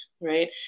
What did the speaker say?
right